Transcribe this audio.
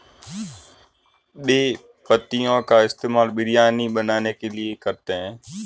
बे पत्तियों का इस्तेमाल बिरयानी बनाने के लिए करते हैं